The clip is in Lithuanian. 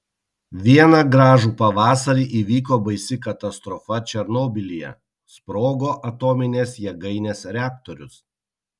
vieną gražų pavasarį įvyko baisi katastrofa černobylyje sprogo atominės jėgainės reaktorius